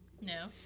No